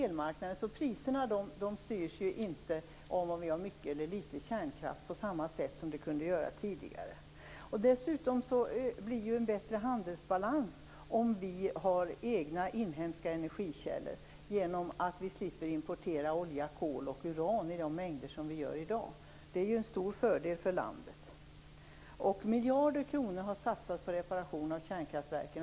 Därför styrs inte priserna av om vi har mycket eller litet kärnkraft på samma sätt som kunde ske tidigare. Dessutom blir det en bättre handelsbalans om vi har egna inhemska energikällor. Vi slipper då importera olja, kol och uran i de mängder som vi gör i dag. Det är en stor fördel för landet. Miljarder kronor har satsats på reparationer av kärnkraftverken.